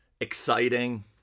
exciting